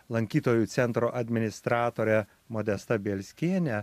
lankytojų centro administratore modesta bielskiene